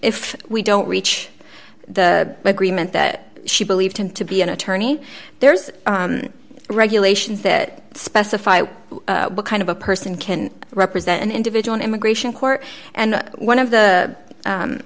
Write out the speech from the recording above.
if we don't reach the agreement that she believed him to be an attorney there's regulations that specify what kind of a person can represent an individual immigration court and one of the